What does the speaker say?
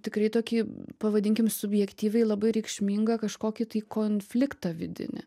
tikrai tokį pavadinkim subjektyviai labai reikšmingą kažkokį tai konfliktą vidinį